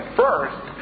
first